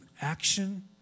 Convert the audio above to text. action